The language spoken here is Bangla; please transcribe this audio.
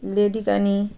লেডিকেনি